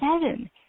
seven